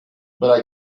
but